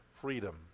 freedom